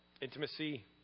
intimacy